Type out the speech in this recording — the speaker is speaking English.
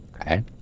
Okay